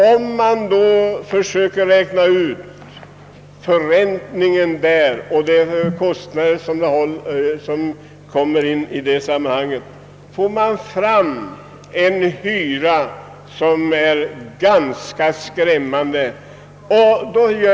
Och om man försöker räk na ut räntor och andra kostnader i sammanhanget får man fram en hyra som är ganska skrämmande.